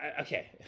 okay